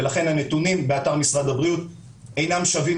ולכן הנתונים באתר משרד הבריאות אינם שווים.